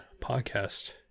podcast